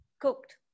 cooked